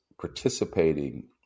participating